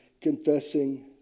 confessing